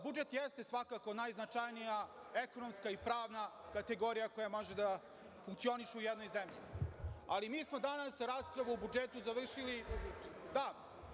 Budžet jeste svakako najznačajnija ekonomska i pravna kategorija koja može da funkcioniše u jednoj zemlji, ali mi smo raspravu o budžetu završili davno.